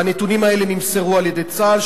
והנתונים האלה נמסרו על-ידי צה"ל.